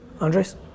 Andres